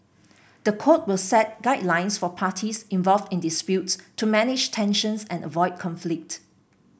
the code will set guidelines for parties involved in disputes to manage tensions and avoid conflict